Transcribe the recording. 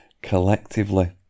collectively